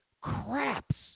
craps